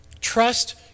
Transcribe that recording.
trust